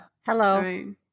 Hello